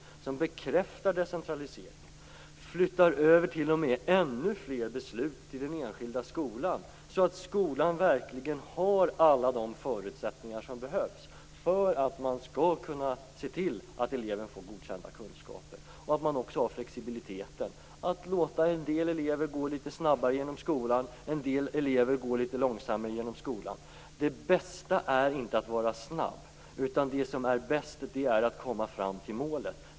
Denna bör bekräfta decentraliseringen och flytta över ännu fler beslut till den enskilda skolan, så att skolan verkligen har alla de förutsättningar som behövs för att man skall kunna se till att eleven får godkända kunskaper. Man bör då också ha flexibiliteten att låta en del elever gå litet snabbare genom skolan och en del elever litet långsammare. Det bästa är inte att vara snabb, utan det som är bäst är att komma fram till målet.